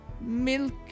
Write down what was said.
Milk